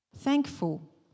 thankful